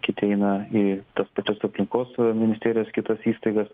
kiti eina į tas pačias aplinkos ministerijos kitas įstaigas